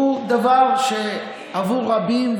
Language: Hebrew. שהוא דבר שעבור רבים,